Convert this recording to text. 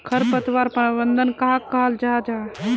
खरपतवार प्रबंधन कहाक कहाल जाहा जाहा?